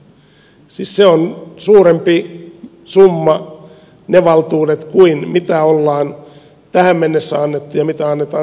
siis se on suurempi summa ne valtuudet kuin on tähän mennessä annettu ja annetaan tulevaisuudessa